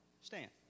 Stand